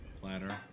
Platter